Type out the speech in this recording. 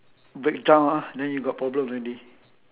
break down ah then you got problem already